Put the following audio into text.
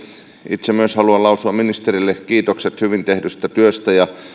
itse haluan myös lausua ministerille kiitokset hyvin tehdystä työstä ja